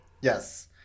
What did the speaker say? Yes